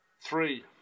Three